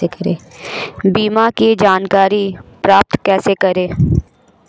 बीमा की जानकारी प्राप्त कैसे करें?